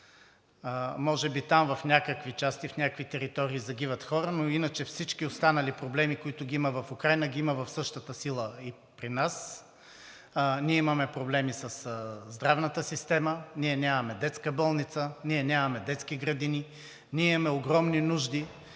Може би там в някакви части, в някакви територии загиват хора, но иначе всички останали проблеми, които ги има в Украйна, ги има и със същата сила и при нас. Ние имаме проблеми със здравната система, ние нямаме детска болница, ние нямаме детски градини, ние имаме огромни нужди,